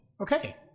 Okay